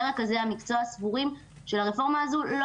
ורכזי המקצוע סבורים שלרפורמה הזו לא